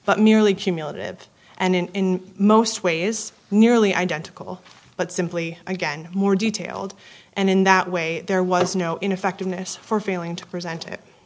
but merely cumulative and in most ways nearly identical but simply again more detailed and in that way there was no ineffectiveness for failing to present it